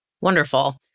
Wonderful